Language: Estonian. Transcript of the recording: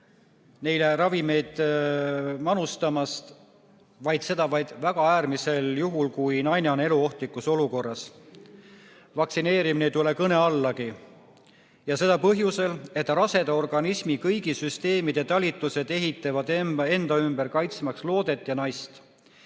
neile ravimeid manustamast ja tegema seda vaid väga äärmisel juhul, kui naine on eluohtlikus olukorras. Vaktsineerimine ei tule kõne allagi. Seda põhjusel, et raseda organismi kõigi süsteemide talitused ehitavad end ümber kaitsmaks loodet ja naist.